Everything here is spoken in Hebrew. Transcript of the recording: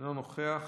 אינו נוכח,